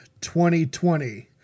2020